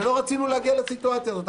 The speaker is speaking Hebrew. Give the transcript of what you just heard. ולא רצינו להגיע לסיטואציה הזאת.